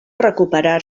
recuperar